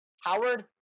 Howard